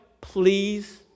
Please